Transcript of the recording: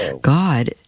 God